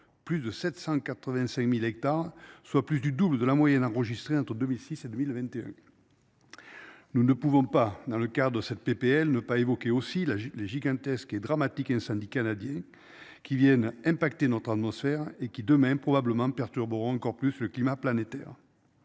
Plus de 785.000 hectares, soit plus du double de la moyenne enregistrée un taux 6 2021. Nous ne pouvons pas dans le cas de cette PPL ne pas évoquer aussi la les gigantesques et dramatique, un syndicat d'Indiens qui viennent impacter notre atmosphère et qui demain probablement perturberont encore plus le climat planétaire.